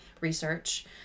research